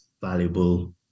valuable